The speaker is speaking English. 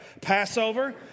Passover